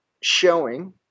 showing